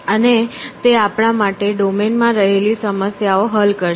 અને તે આપણા માટે ડોમેન માં રહેલી સમસ્યાઓ હલ કરશે